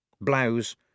Blouse